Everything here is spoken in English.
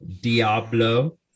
Diablo